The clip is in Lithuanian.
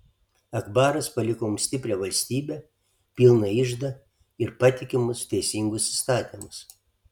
akbaras paliko mums stiprią valstybę pilną iždą ir patikimus teisingus įstatymus